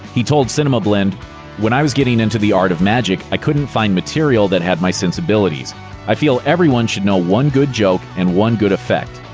he told cinemablend when i was getting into the art of magic i couldn't find material that had my sensibilities i feel everyone should know one good joke and one good effect.